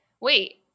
wait